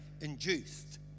induced